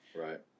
Right